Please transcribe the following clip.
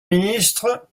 ministre